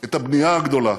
את הבנייה הגדולה